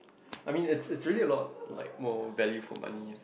I mean it's it's really a lot like more value for money